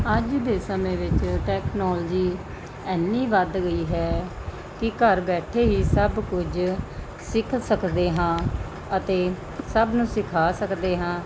ਅੱਜ ਦੇ ਸਮੇਂ ਵਿੱਚ ਟੈਕਨੋਲਜੀ ਇੰਨੀ ਵੱਧ ਗਈ ਹੈ ਕਿ ਘਰ ਬੈਠੇ ਹੀ ਸਭ ਕੁਝ ਸਿੱਖ ਸਕਦੇ ਹਾਂ ਅਤੇ ਸਭ ਨੂੰ ਸਿਖਾ ਸਕਦੇ ਹਾਂ